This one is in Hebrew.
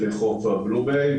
חוף הבלו-ביי,